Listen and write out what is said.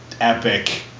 epic